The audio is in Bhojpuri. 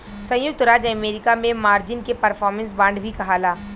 संयुक्त राज्य अमेरिका में मार्जिन के परफॉर्मेंस बांड भी कहाला